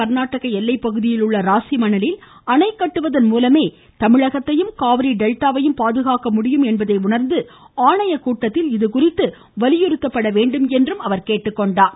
கர்நாடக எல்லைப்பகுதியில் உள்ள கமிழக ராசிமணலில் அணைக்கட்டுவதன் மூலமே தமிழகத்தையும் காவிரி டெல்டாவையும் பாதுகாக்க முடியும் என்பதை உணா்ந்து ஆணையக்கூட்டத்தில் இதுகுறித்து வலியுறுத்தப்பட வேண்டும் என்றும் கூறினார்